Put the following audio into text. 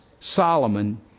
Solomon